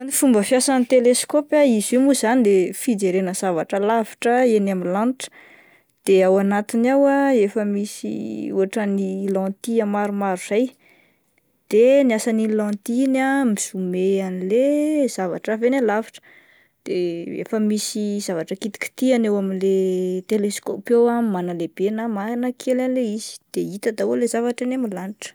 Ny fomba fiasan'ny teleskaopy, izy io moa zany dia fijerena zavatra alavitra eny amin'ny lanitra de ao anatiny ao ah efa misy ohatran'ny lentille maromaro izay de ny asan'iny lentille iny mizome an'le zavatra avy eny alavitra de efa misy zavatra kitikitihina eo amin'le teleskaopy eo manalehibe na manakeky an'ilay izy de hita daholo ny zavatra eny amin'ny lanitra.